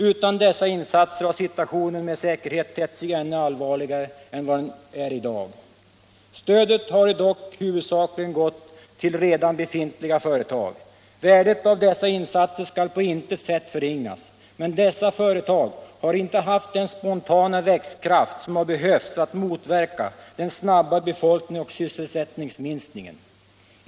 Utan dessa insatser hade situationen med säkerhet tett sig ännu allvarligare än vad den är i dag. Stödet har dock i huvudsak gått till redan befintliga företag. Värdet av dessa insatser skall på intet sätt förringas, men dessa företag har inte haft den spontana växtkraft som behövs för att motverka den snabba befolknings och sysselsättningsminskningen.